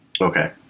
Okay